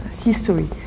history